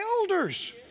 elders